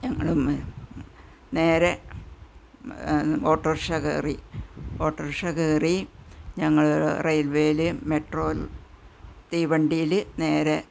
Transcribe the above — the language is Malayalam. ഞങ്ങള് നേരെ ഓട്ടോറിക്ഷ കയറി ഓട്ടോറിക്ഷ കയറി ഞങ്ങൾ റയില്വേയിൽ മെട്രോ തീവണ്ടിയിൽ നേരെ